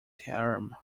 term